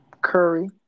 Curry